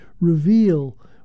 reveal